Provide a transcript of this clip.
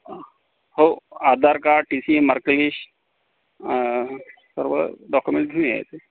हो Aadhaar card TC marklist सर्व documents घेऊन यायचे